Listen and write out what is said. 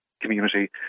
community